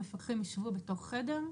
המפקחים יישבו בתוך חדר,